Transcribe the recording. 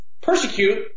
persecute